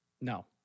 No